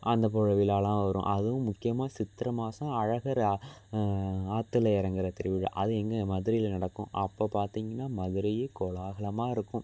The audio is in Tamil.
அந்தப் போல் விழாயெலாம் வரும் அதுவும் முக்கியமாக சித்திரை மாதம் அழகர் ஆ ஆற்றுல இறங்குற திருவிழா அது எங்கள் மதுரையில் நடக்கும் அப்போ பார்த்தீங்னா மதுரையே கோலாகலமாக இருக்கும்